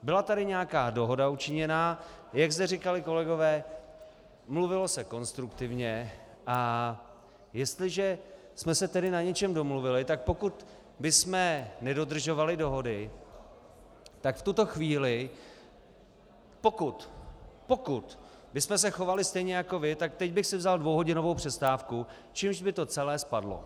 Byla tady nějaká dohoda učiněná, jak zde říkali kolegové, mluvilo se konstruktivně, a jestliže jsme se tedy na něčem domluvili, tak pokud bychom nedodržovali dohody, tak v tuto chvíli, pokud pokud bychom se chovali stejně jako vy, tak teď bych si vzal dvouhodinovou přestávku, čímž by to celé spadlo.